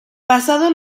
pasados